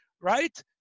Right